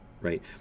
right